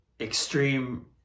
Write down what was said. extreme